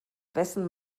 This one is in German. wessen